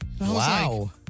Wow